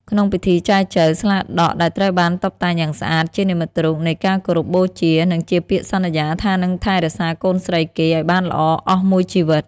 ក្នុងពិធីចែចូវ "ស្លាដក" ដែលត្រូវបានតុបតែងយ៉ាងស្អាត ជានិមិត្តរូបនៃការគោរពបូជា និងជាពាក្យសន្យាថានឹងថែរក្សាកូនស្រីគេឱ្យបានល្អអស់មួយជីវិត។